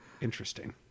Interesting